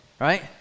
right